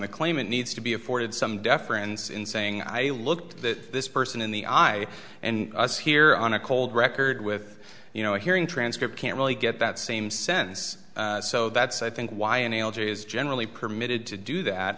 the claimant needs to be afforded some deference in saying i look that this person in the eye and us here on a cold record with you know hearing transcript can't really get that same sense so that's i think why analogy is generally permitted to do that